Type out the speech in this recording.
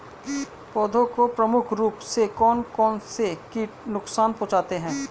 पौधों को प्रमुख रूप से कौन कौन से कीट नुकसान पहुंचाते हैं?